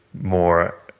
more